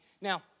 Now